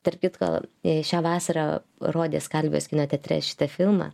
tarp kitko jai šią vasarą rodys skalvės kino teatre šitą filmą